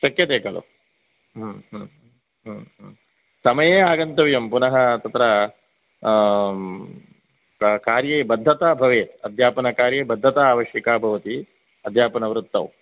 शक्यते खलु समये आगन्तव्यम् पुनः तत्र कार्ये बद्धता भवेत् अध्यापनकार्ये बद्धता आवश्यकी भवति अध्यापनवृत्तौ